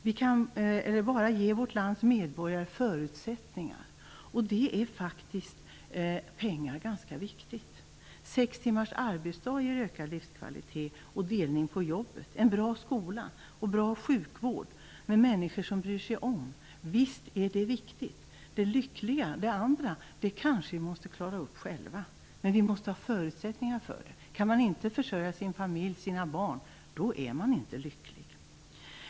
Vi kan bara ge vårt lands medborgare förutsättningar för det, och då är pengar faktiskt ganska viktiga. Sex timmars arbetsdag och att man delar på jobben ger ökad livskvalitet. En bra skola och bra sjukvård med människor som bryr sig om - visst är det viktigt. Det andra, att vara lyckliga, kanske vi måste klara upp själva. Men vi måste ha förutsättningar för det. Kan man inte försörja sin familj och sina barn är man inte lycklig.